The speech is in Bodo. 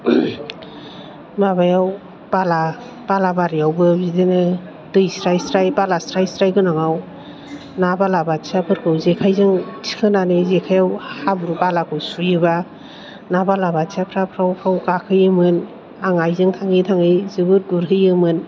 माबायाव बालाबारियावबो बिदिनो दै स्राय स्राय बाला स्राय गोनाङाव ना बालाबाथियाफोरखौ जेखाइजों थिखोनानै जेखाइयाव हाब्रु बालाखौ सुयोबा ना बालाबाथियाफ्रा फ्राव फ्राव गाखोयोमोन आं आइजों थाङै थाङै जोबोर गुरहैयोमोन